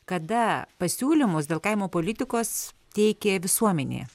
kada pasiūlymus dėl kaimo politikos teikė visuomenė